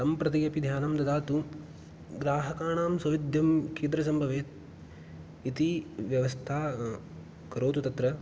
तं प्रति अपि ध्यानं ददातु ग्राहकाणां सौविध्यं कीदृशं भवेत् इति व्यवस्थां करोतु तत्र